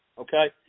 okay